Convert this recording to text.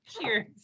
Cheers